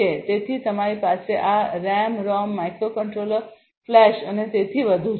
તેથી તમારી પાસે આ રેમ રોમ માઇક્રોકન્ટ્રોલર ફ્લેશ અને તેથી વધુ છે